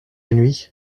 nuit